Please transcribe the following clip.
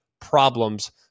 problems